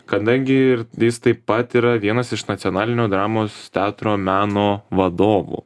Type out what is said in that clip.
kadangi ir jis taip pat yra vienas iš nacionalinio dramos teatro meno vadovų